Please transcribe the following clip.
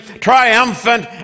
triumphant